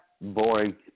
boring